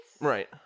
right